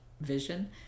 vision